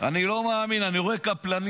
אני לא מאמין: אני רואה קפלניסטים,